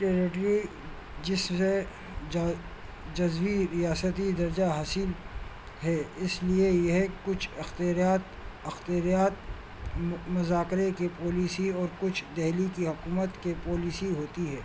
territory جس سے جا جذوی ریاستی درجہ حاصل ہے اس لیے یہ کچھ اختیارات اختیارات مذاکرے کے پالیسی اور کچھ دلی کی حکومت کے پالیسی ہوتی ہے